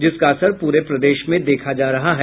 जिसका असर पूरे प्रदेश में देखा जा रहा है